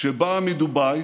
שבאה מדובאי